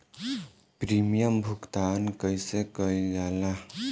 Premium भुगतान कइसे कइल जाला?